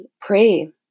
Pray